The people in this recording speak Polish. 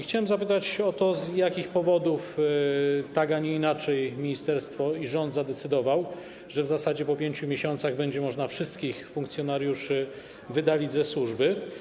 Chciałem zapytać o to, z jakich powodów tak, a nie inaczej ministerstwo i rząd zadecydowali, że w zasadzie po 5 miesiącach będzie można wszystkich funkcjonariuszy wydalić ze służby.